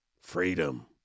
Freedom